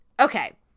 Okay